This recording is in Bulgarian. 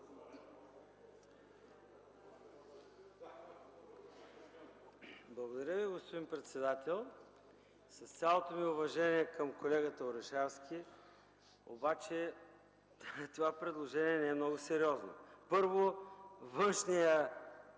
Благодаря Ви, господин председател. С цялото ми уважение към колегата Орешарски, обаче това предложение не е много сериозно. Първо, външният